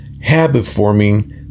habit-forming